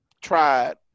tried